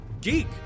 geek